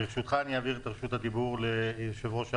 ברשותך, אני אעביר את רשות הדיבור ליושב-ראש הענף,